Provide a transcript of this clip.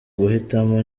guhitamo